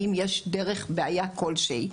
האם יש בעיה כלשהי.